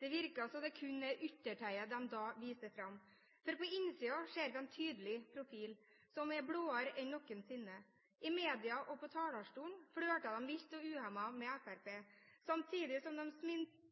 det virker som det kun er yttertøyet de da viser fram, for på innsiden ser vi en tydelig profil som er blåere enn noensinne. I media og på talerstolen flørter de vilt og uhemmet med Fremskrittspartiet, samtidig som